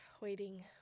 waiting